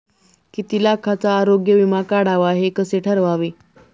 किती लाखाचा आरोग्य विमा काढावा हे कसे ठरवावे?